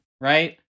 right